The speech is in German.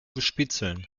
bespitzeln